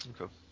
Okay